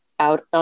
out